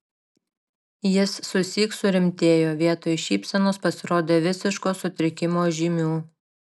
jis susyk surimtėjo vietoj šypsenos pasirodė visiško sutrikimo žymių